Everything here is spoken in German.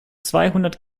zweihundert